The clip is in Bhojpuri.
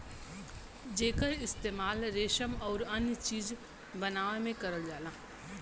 जेकर इस्तेमाल रेसम आउर अन्य चीज बनावे में करल जाला